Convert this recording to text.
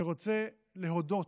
אני רוצה להודות